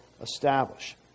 establish